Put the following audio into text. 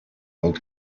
old